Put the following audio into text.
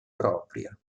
propria